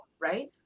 right